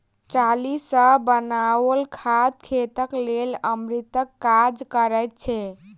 चाली सॅ बनाओल खाद खेतक लेल अमृतक काज करैत छै